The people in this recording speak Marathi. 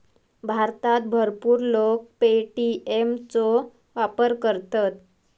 भारतात भरपूर लोक पे.टी.एम चो वापर करतत